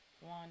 one